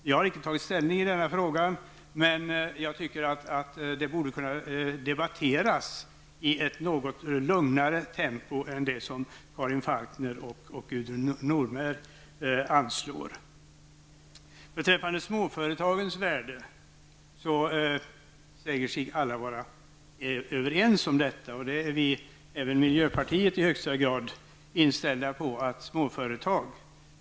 Jag har inte tagit ställning i denna fråga, men jag tycker att frågan borde kunna diskuteras i ett något lugnare tempo än det som Karin Falkmer och Om småföretagens värde säger sig alla vara överens. Även vi i miljöpartiet är i högsta grad inställda på att värna om småföretagen.